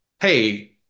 Hey